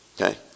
Okay